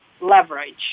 leverage